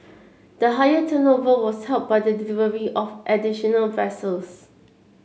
the higher turnover was helped by the delivery of additional vessels